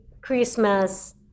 Christmas